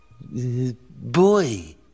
boy